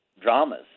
dramas